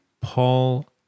Paul